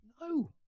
no